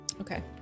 Okay